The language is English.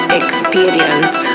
experience